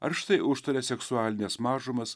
ar štai užtaria seksualines mažumas